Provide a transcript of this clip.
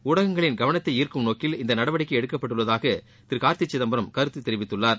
ஊடகங்களின் கவனத்தை ஈர்க்கும் நோக்கில் இந்த நடவடிக்கை எடுக்கப்பட்டுள்ளதாக திரு கார்த்தி சிதம்பரம் கருத்து தெரிவித்துள்ளார்